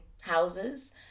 houses